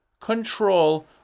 control